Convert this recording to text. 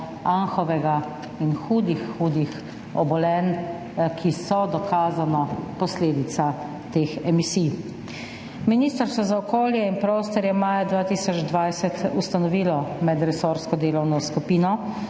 Anhovega in hudih, hudih obolenj, ki so dokazano posledica teh emisij. Ministrstvo za okolje in prostor je maja 2020 ustanovilo medresorsko delovno skupino